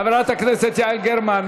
חברת הכנסת יעל גרמן,